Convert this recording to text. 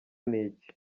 niki